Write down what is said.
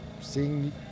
seeing